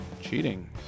cheating